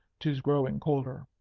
tis growing colder.